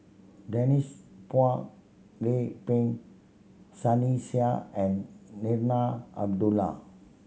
Denise Phua Lay Peng Sunny Sia and Zarinah Abdullah